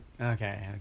okay